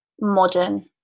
modern